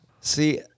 See